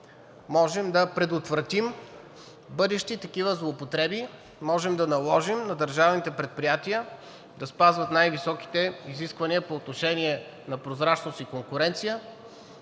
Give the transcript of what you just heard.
можем да предотвратим бъдещи такива злоупотреби. Можем да наложим на държавните предприятия да спазват най-високите изисквания по отношение на прозрачност и конкуренция